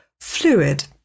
fluid